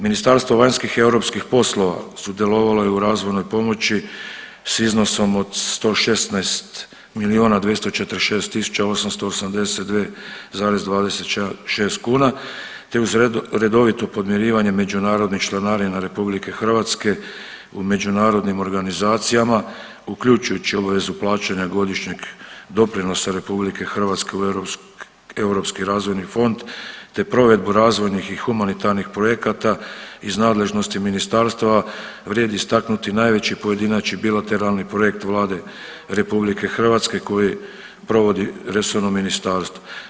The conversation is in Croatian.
Ministarstvo vanjskih i europskih poslova sudjelovalo je u razvojnoj pomoći s iznosom od 116 miliona 246 tisuća 882 zarez 26 kuna te uz redovito podmirivanje međunarodnih članarina RH u međunarodnim organizacijama uključujući obavezu plaćanja godišnjeg doprinosa RH u Europski razvojni fond te provedbu razvojnih i humanitarnih projekata iz nadležnosti ministarstava vrijedi istaknuti najveći pojedinačni bilateralni projekt Vlade RH koji provodi resorno ministarstvo.